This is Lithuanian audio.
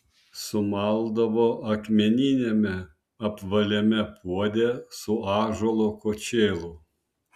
sumaldavo akmeniniame apvaliame puode su ąžuolo kočėlu